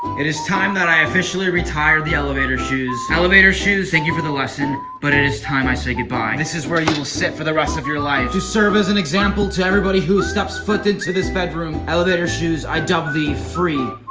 it is time that i officially retired the elevator shoes. elevator shoes, thank you for the lesson, but it is time i say goodbye. and this is where you will sit for the rest of your life to serve as an example to everybody who steps foot into this bedroom! elevator shoes, i dub thee, free,